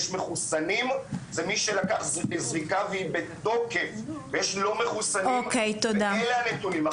יש מחוסנים וזה מי שלקח זריקה והיא בתוקף ויש לא מחוסנים ואלה הנתונים.